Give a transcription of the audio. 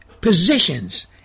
positions